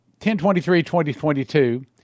1023-2022